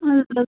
اَہَن حظ